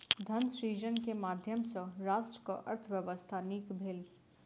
धन सृजन के माध्यम सॅ राष्ट्रक अर्थव्यवस्था नीक भेल